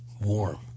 Warm